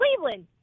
Cleveland